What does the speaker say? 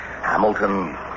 Hamilton